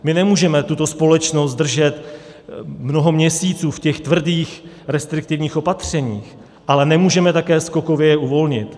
My nemůžeme tuto společnost držet mnoho měsíců v těch tvrdých restriktivních opatřeních, ale nemůžeme je také skokově uvolnit.